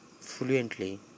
fluently